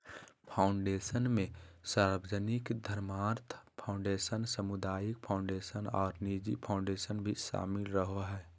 foundation मे सार्वजनिक धर्मार्थ फ़ाउंडेशन, सामुदायिक फ़ाउंडेशन आर निजी फ़ाउंडेशन भी शामिल रहो हय,